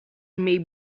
may